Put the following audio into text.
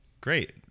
great